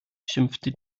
schimpfte